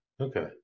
Okay